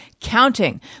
counting